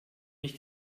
ich